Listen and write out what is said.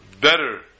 better